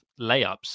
layups